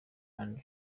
and